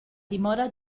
dimora